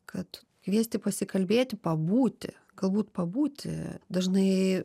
kad kviesti pasikalbėti pabūti galbūt pabūti dažnai